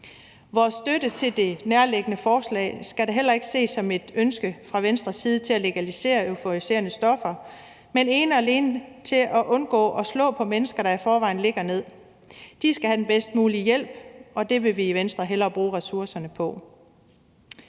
Vores støtte til det foreliggende forslag skal da heller ikke ses som et ønske fra Venstres side til at legalisere euforiserende stoffer, men ene og alene til at undgå at slå på mennesker, der i forvejen ligger ned. De skal have den bedst mulige hjælp, og det vil vi i Venstre hellere bruge ressourcerne på.